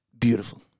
beautiful